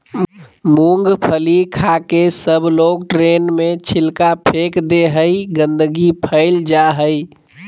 मूँगफली खाके सबलोग ट्रेन में छिलका फेक दे हई, गंदगी फैल जा हई